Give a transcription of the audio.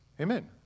Amen